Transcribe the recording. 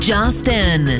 Justin